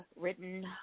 written